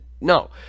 no